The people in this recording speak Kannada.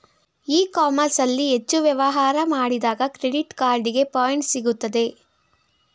ಇ ಕಾಮರ್ಸ್ ಅಲ್ಲಿ ಹೆಚ್ಚು ವ್ಯವಹಾರ ಮಾಡಿದಾಗ ಕ್ರೆಡಿಟ್ ಕಾರ್ಡಿಗೆ ಪಾಯಿಂಟ್ಸ್ ಸಿಗುತ್ತದೆ